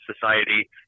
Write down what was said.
society